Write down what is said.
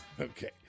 Okay